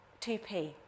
2p